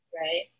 Right